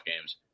games